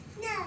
No